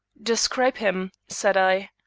describe him, said i.